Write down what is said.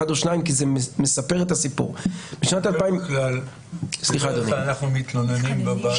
או שניים כי זה מספר את הסיפור --- בדרך כלל אנחנו מתלוננים בוועדה